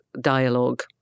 dialogue